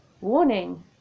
warning